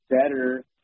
better